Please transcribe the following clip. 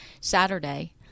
Saturday